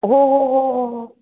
हो हो हो हो हो